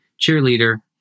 cheerleader